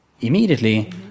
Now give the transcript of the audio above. immediately